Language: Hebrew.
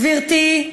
גברתי.